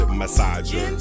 massager